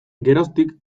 geroztik